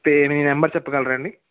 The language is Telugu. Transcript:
పే మీ నెంబర్ చెప్పగలరా అండి